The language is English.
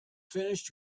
finished